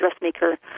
dressmaker